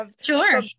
Sure